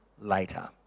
later